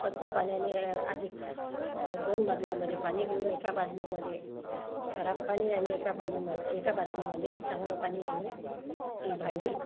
स्वच्छ पाण्याने अधिक दोन बादल्यामध्ये पाणी घेऊन एका बादलीमध्ये खराब पाणी आणि एका पाणीमध्ये बादलीमध्ये चांगलं पाणी घेऊन ती भांडी